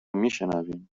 میشنویم